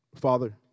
Father